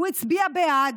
הוא הצביע בעד.